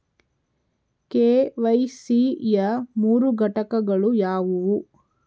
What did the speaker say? KYC ಯ ಮೂರು ಘಟಕಗಳು ಯಾವುವು?